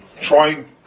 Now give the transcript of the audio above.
trying